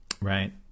right